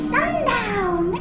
Sundown